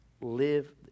Live